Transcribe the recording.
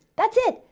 that's it.